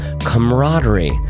camaraderie